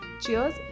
Cheers